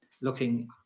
looking